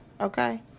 Okay